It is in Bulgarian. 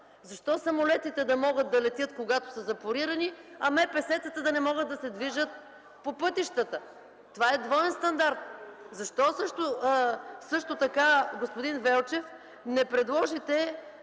Защо самолетите да могат да летят, когато са запорирани, а МПС-та да не могат да се движат по пътищата? Това е двоен стандарт. Защо също така, господин Велчев, не предложите